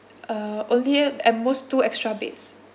uh only at most two extra beds